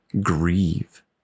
grieve